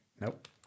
Nope